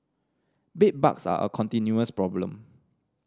bedbugs are a continuous problem